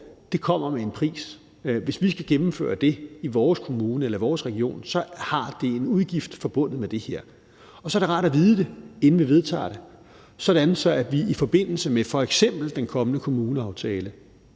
det kommer med en pris; hvis vi skal gennemføre det her i vores kommune eller vores region, er der en udgift forbundet med det. Og så er det rart at vide det, inden vi vedtager det, sådan at vi i forbindelse med f.eks. den kommende kommuneaftale